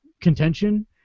contention